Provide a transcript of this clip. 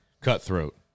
Cutthroat